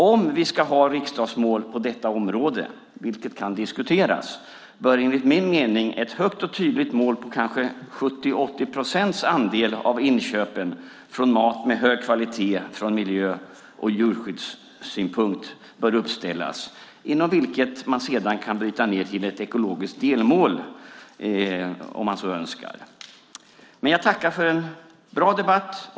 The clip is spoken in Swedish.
Om vi ska ha riksdagsmål på detta område, vilket kan diskuteras, bör enligt min mening ett högt och tydligt mål uppställas där kanske 70-80 procents andel av inköpen är mat med hög kvalitet ur miljö och djurskyddssynpunkt. Ett ekologiskt delmål kan sedan införas, om man så önskar. Jag tackar för en bra debatt.